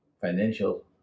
financial